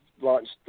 launched